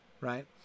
Right